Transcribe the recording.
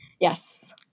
Yes